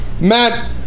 Matt